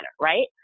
right